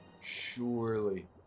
Surely